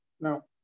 Now